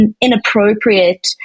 inappropriate